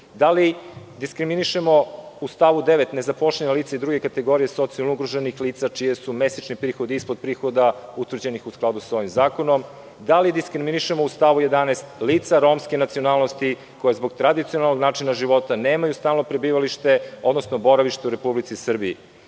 Da li diskriminišemo u stavu 9. nezaposlena lica i druge kategorije socijalno ugroženih lica čiji su mesečni prihodi ispod prihoda utvrđenih u skladu sa ovim zakonom? Da li diskriminišemo u stavu 11. lica romske nacionalnosti, koja zbog tradicionalnog načina života nemaju stalno prebivalište, odnosno boravište u Republici Srbiji?